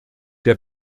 der